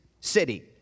city